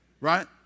Right